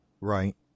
right